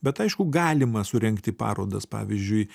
bet aišku galima surengti parodas pavyzdžiui